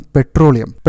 Petroleum